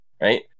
right